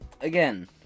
Again